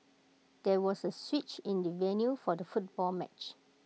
there was A switch in the venue for the football match